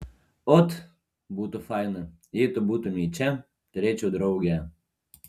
ot būtų faina jei tu būtumei čia turėčiau draugę